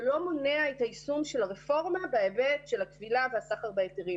זה לא מונע את היישום של הרפורמה בהיבט של הכבילה והסחר בהיתרים.